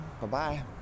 Bye-bye